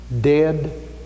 dead